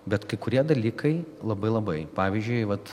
bet kai kurie dalykai labai labai pavyzdžiui vat